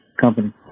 company